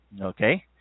okay